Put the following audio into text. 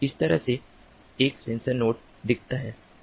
इसतरह से एक sensor node दिखता है